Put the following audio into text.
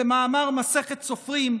כמאמר מסכת סופרים,